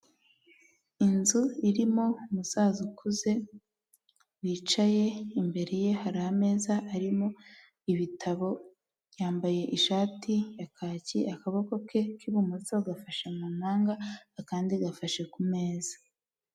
Inzu irimo umusaza ukuze, wicaye, imbere ye hari ameza arimo ibitabo, yambaye ishati ya kacyi, akaboko ke k'ibumoso gafashe mu mpanga, akandi gafashe ku meza.